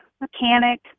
mechanic